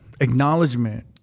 acknowledgement